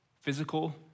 physical